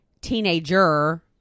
teenager